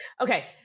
Okay